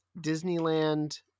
Disneyland